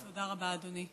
תודה רבה, אדוני.